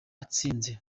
atsinze